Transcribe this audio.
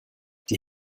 die